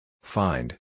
Find